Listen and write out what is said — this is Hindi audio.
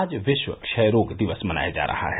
आज विश्व क्षय रोग दिवस मनाया जा रहा है